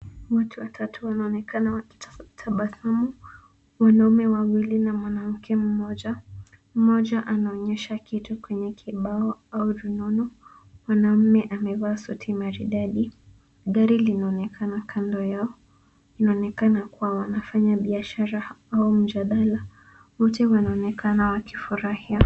Watu watatu wanaonekana wakitabasamu, wanaume wawili na mwanamke mmoja. Mmoja anaonyesha kiti kwenye kibao au rununu. Mwanaume amevaa suti maridadi. Gari linaonekanaa kando yao. Inaonekana kuwa wanafanya biashara au mjadala. Wote wanaonekana wakifurahia.